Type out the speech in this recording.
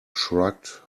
shrugged